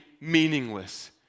meaningless